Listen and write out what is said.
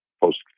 post